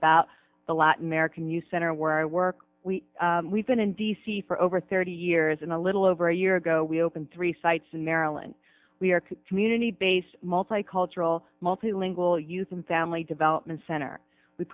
about the latin american youth center where i work we we've been in d c for over thirty years and a little over a year ago we opened three sites in maryland we are community based multicultural multi lingual youth and family development center we